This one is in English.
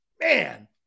Man